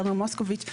תומר מוסקוביץ',